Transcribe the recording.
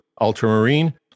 ultramarine